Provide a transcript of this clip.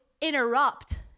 interrupt